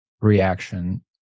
reaction